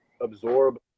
absorb